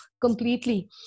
completely